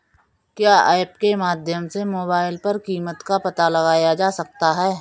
क्या ऐप के माध्यम से मोबाइल पर कीमत का पता लगाया जा सकता है?